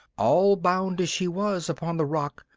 all bound as she was, upon the rock,